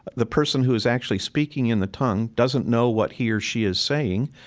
the person who is actually speaking in the tongue doesn't know what he or she is saying,